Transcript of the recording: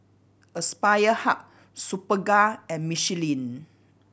Aspire Hub Superga and Michelin